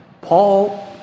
Paul